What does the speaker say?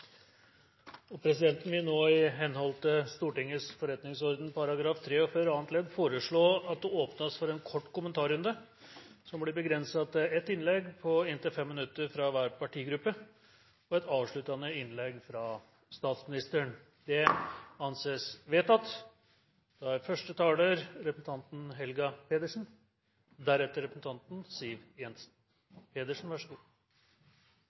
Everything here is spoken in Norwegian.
Presidenten vil i henhold til Stortingets forretningsordens § 43 annet ledd nå foreslå at det åpnes for en kort kommentarrunde, begrenset til ett innlegg på inntil 5 minutter fra hver partigruppe og et avsluttende innlegg fra statsministeren. – Det anses vedtatt.